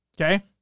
Okay